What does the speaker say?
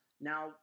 Now